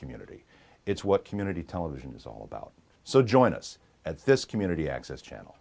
community it's what community television is all about so join us at this community access channel